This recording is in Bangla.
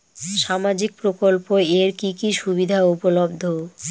সামাজিক প্রকল্প এর কি কি সুবিধা উপলব্ধ?